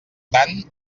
tant